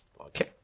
Okay